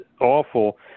awful